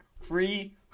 Free